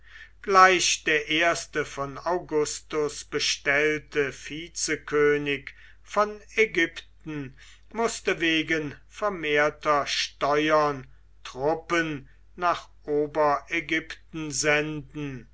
gleich der erste von augustus bestellte vizekönig von ägypten mußte wegen vermehrter steuern truppen nach oberägypten senden